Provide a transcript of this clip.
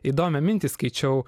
įdomią mintį skaičiau